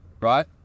right